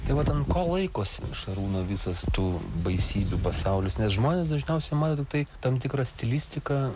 tai vardan ko laikosi šarūno visas tų baisybių pasaulis nes žmonės dažniausiai mato tai tam tikra stilistiką